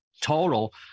total